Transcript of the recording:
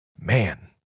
man